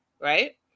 right